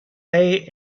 bay